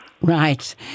Right